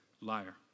Liar